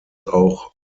auch